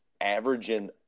averaging